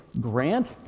Grant